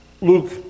Luke